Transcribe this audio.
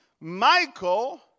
Michael